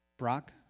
Brock